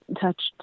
touched